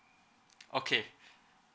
okay